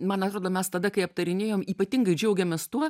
man atrodo mes tada kai aptarinėjom ypatingai džiaugėmės tuo